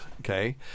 Okay